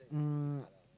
um